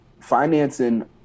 financing